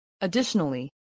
Additionally